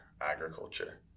agriculture